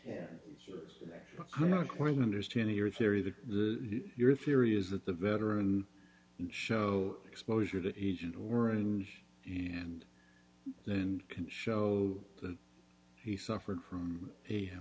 yeah i don't quite understand your theory that your theory is that the veteran in show exposure to agent orange and then can show that he suffered from a